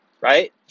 right